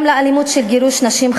גם לאלימות של גירוש נשים,